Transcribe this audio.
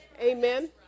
Amen